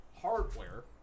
hardware